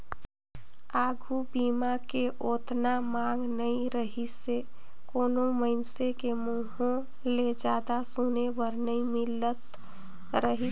आघू बीमा के ओतना मांग नइ रहीसे कोनो मइनसे के मुंहूँ ले जादा सुने बर नई मिलत रहीस हे